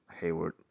Hayward